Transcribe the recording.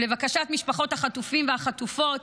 ולבקשת משפחות החטופים והחטופות,